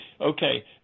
Okay